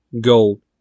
gold